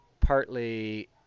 Partly